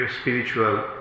spiritual